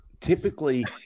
Typically